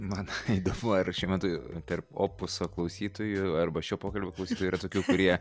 man įdomu ar šiuo metu per opuso klausytojų arba šio pokalbio klausytojų yra tokių kurie